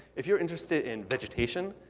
if you're interested in vegetation,